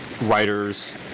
writers